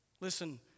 Listen